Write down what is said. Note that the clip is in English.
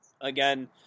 again